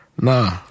Nah